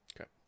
okay